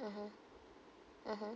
mmhmm mmhmm